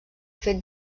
fet